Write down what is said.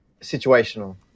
situational